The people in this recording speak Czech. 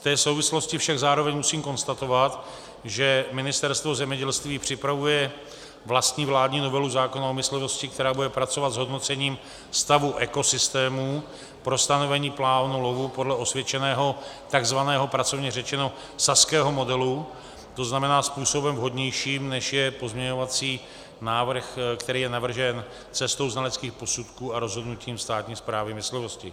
V té souvislosti však zároveň musím konstatovat, že Ministerstvo zemědělství připravuje vlastní vládní novelu zákona o myslivosti, která bude pracovat s hodnocením stavu ekosystémů pro stanovení plánu lovu podle osvědčeného, takzvaného pracovně řečeno saského modelu, to znamená způsobem vhodnějším, než je pozměňovací návrh, který je navržen cestou znaleckých posudků a rozhodnutím státní správy myslivosti.